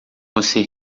você